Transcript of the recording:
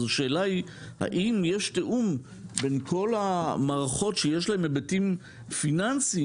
השאלה היא: האם יש תיאום בין כל המערכות שיש להן היבטים פיננסים,